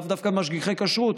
לאו דווקא משגיחי כשרות,